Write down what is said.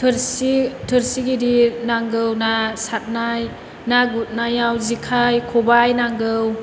थोरसि थोरसि गिदिर नांगौ ना सारनाय ना गुरनायाव जेखाय खबाय नांगौ